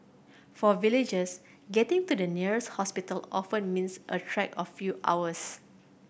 for villagers getting to the nearest hospital often means a trek a few hours